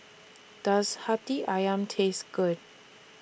Does Hati Syam Taste Good